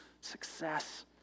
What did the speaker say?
success